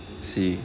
see